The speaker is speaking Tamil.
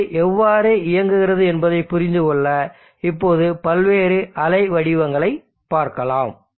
இது எவ்வாறு இயங்குகிறது என்பதைப் புரிந்துகொள்ள இப்போது பல்வேறு அலைவடிவங்களைப் பார்க்கலாம்